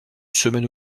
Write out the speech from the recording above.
semaine